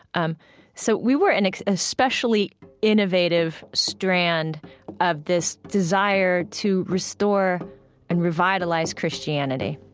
um so we were an especially innovative strand of this desire to restore and revitalize christianity